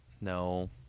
No